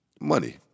money